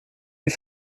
die